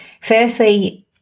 firstly